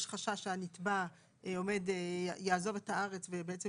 יש חשש שהנתבע יעזוב את הארץ ובעתם